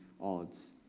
odds